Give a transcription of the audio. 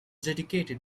dedicated